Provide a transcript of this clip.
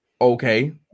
Okay